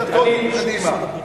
עם קדימה.